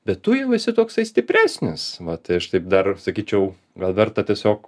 bet tu jau esi toksai stipresnis vat tai aš taip dar sakyčiau gal verta tiesiog